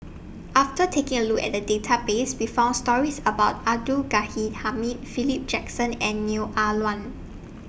after taking A Look At The Database We found stories about Abdul Ghani Hamid Philip Jackson and Neo Ah Luan